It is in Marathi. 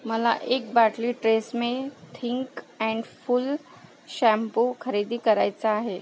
मला एक बाटली Tresemme thick and full shampoo खरेदी करायचा आहे